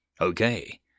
Okay